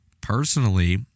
Personally